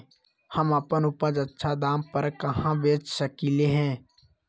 हम अपन उपज अच्छा दाम पर कहाँ बेच सकीले ह?